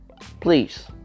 Please